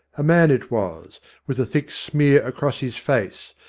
a man it was with a thick smear across his face,